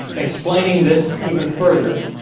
explaining this even further